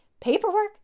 Paperwork